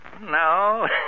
No